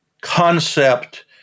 concept